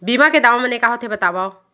बीमा के दावा माने का होथे बतावव?